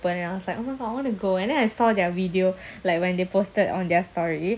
damn cool eh I s~ I mean I s~ I read about it in the news before story